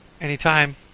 Anytime